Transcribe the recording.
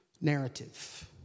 narrative